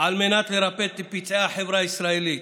על מנת לרפא את פצעי החברה הישראלית.